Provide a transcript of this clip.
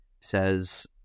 says